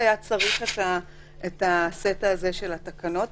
לא היה צריך את הסט הזה של התקנות.